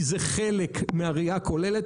כי זה חלק מהראייה הכוללת,